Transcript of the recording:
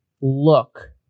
look